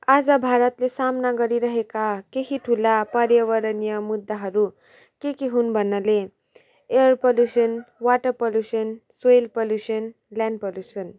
आज भारतले सामना गरिरहेका केही ठुला पर्यावरणीय मुद्दाहरू के के हुन् भन्नाले air pollution water pollution soil pollution land pollution